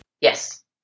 Yes